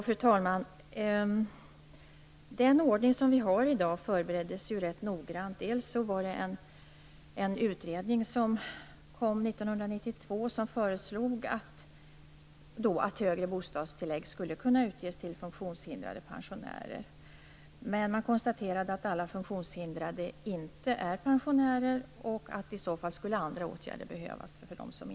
Fru talman! Den ordning som vi i dag har förbereddes ju rätt noggrant. En utredning föreslog 1992 att högre bostadstillägg skulle kunna utges till funktionshindrade pensionärer. Men man konstaterade att alla funktionshindrade inte är pensionärer, och i så fall skulle andra åtgärder behövas för dem.